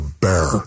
bear